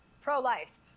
pro-life